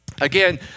again